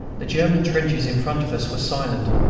the german trenches in front of us were silent.